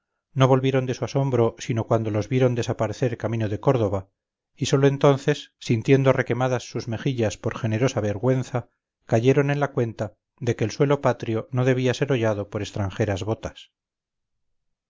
no volvieron de su asombro sino cuando los vieron desaparecer camino de córdoba y sólo entonces sintiendo requemadas sus mejillas por generosa vergüenza cayeron en la cuenta de que el suelo patrio no debía ser hollado por extranjeras botas